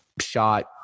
shot